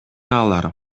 алар